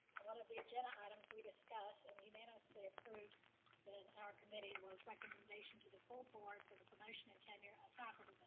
a lot of the agenda items we've discussed and unanimously approved then our committee was recommendation to the full board for the promotion and tenure of the faculty